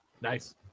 Nice